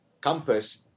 compass